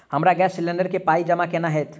हमरा gas cylinder केँ पाई जमा केना हएत?